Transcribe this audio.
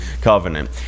covenant